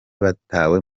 batawe